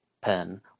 pen